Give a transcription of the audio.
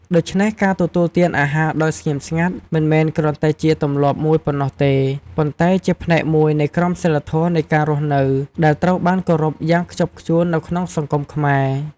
ដូច្នេះ ការទទួលទានអាហារដោយស្ងៀមស្ងាត់ មិនមែនគ្រាន់តែជាទម្លាប់មួយប៉ុណ្ណោះទេ ប៉ុន្តែជាផ្នែកមួយនៃក្រមសីលធម៌នៃការរស់នៅ ដែលត្រូវបានគោរពយ៉ាងខ្ជាប់ខ្ជួននៅក្នុងសង្គមខ្មែរ។